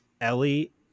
Ellie